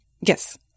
Yes